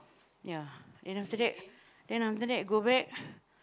ya then after that then after that go back